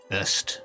Best